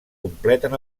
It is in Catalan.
completen